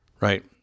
Right